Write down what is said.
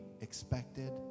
expected